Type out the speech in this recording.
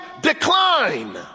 decline